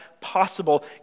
possible